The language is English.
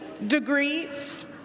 Degrees